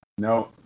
No